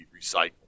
recycled